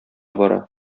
бара